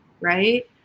right